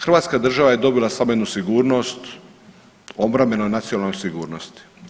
Hrvatska država je dobila samo jednu sigurnost, obrambenu i nacionalnu sigurnost.